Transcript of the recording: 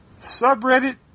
Subreddit